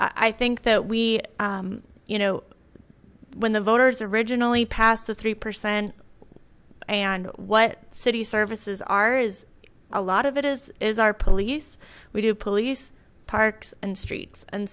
i think that we you know when the voters originally passed the three percent and what city services are is a lot of it as is our police we do police parks and streets and